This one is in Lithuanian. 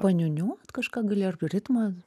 paniūniuot kažką gali ar ritmą